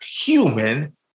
human